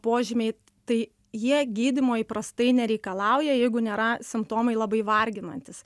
požymiai tai jie gydymo įprastai nereikalauja jeigu nėra simptomai labai varginantys